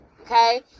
Okay